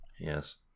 Yes